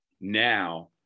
now